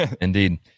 indeed